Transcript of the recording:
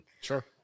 sure